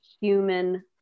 human